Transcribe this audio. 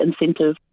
incentive